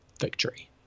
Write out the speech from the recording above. victory